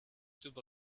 tuba